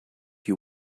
you